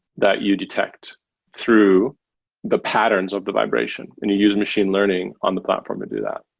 that you detect through the patterns of the vibration and you use machine learning on the platform to do that.